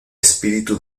espíritu